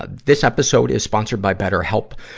ah this episode is sponsored by betterhelp.